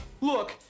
Look